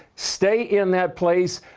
stay in that place,